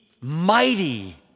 mighty